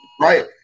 right